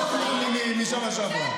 עזוב משנה שעברה.